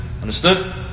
Understood